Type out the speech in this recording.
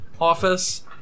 office